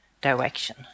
direction